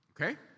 Okay